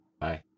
Bye